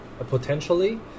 Potentially